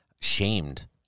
shamed